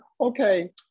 okay